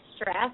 stress